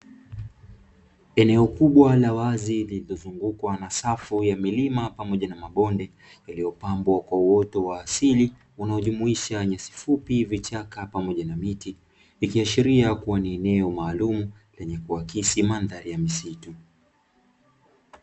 Eneo kubwa la wazi lililozungukwa na safu ya milima pamoja na mabonde iliyopambwa kwa uoto wa asili unaojumuisha nyasi fupi, vichaka pamoja na miti; ikiashiria kuwa ni eneo maalumu lenye kuakisi mandhari ya misitu.